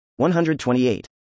128